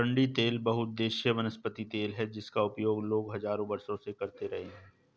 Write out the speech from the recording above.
अरंडी तेल बहुउद्देशीय वनस्पति तेल है जिसका उपयोग लोग हजारों वर्षों से करते रहे हैं